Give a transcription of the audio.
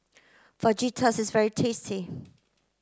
fajitas is very tasty